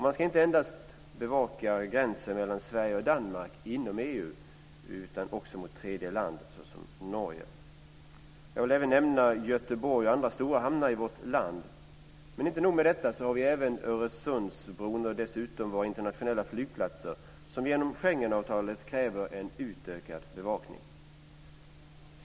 Man ska inte endast bevaka gränsen mellan Sverige och Danmark inom EU, utan också mot tredje land, dvs. Norge. Jag vill även nämna Göteborg och andra stora hamnar i vårt land. Dessutom har vi även Öresundsbron och våra internationella flygplatser som genom Schengenavtalet kräver en utökad bevakning.